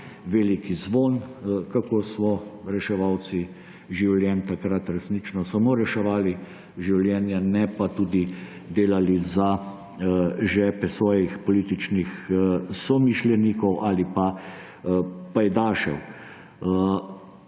veliki zvon, kako so reševalci življenj takrat resnično samo reševali življenja, ne pa tudi delali za žepe svojih političnih somišljenikov ali pajdašev.